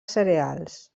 cereals